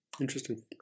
Interesting